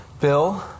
Bill